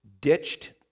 ditched